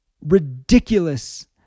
ridiculous